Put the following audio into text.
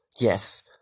Yes